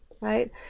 right